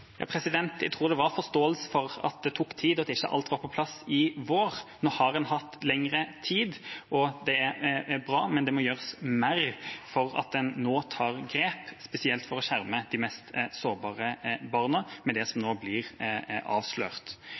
Jeg tror det var forståelse for at det tok tid og at ikke alt var på plass i vår. Nå har en hatt lengre tid, og det er bra. Men det må gjøres mer for at en nå tar grep, spesielt for å skjerme de mest sårbare barna – med det som nå blir avslørt.